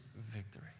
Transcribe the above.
victory